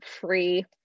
free